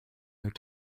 their